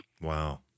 Wow